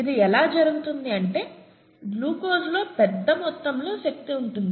ఇది ఎలా జరుగుతుంది అంటే గ్లూకోజ్లో పెద్ద మొత్తంలో శక్తి ఉంటుంది